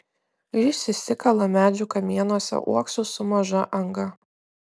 jis išsikala medžių kamienuose uoksus su maža anga